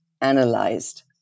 analyzed